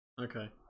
Okay